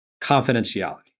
confidentiality